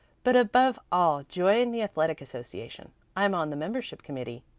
but above all join the athletic association. i'm on the membership committee.